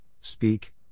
speak